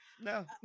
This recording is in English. no